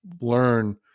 learn